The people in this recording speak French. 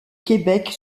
québec